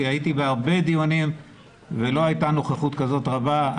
הייתי בהרבה דיונים ולא הייתה נוכחות כזאת רבה.